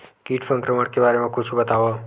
कीट संक्रमण के बारे म कुछु बतावव?